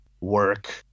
work